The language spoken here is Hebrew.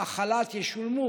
החל"ת ישולמו